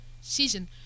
Season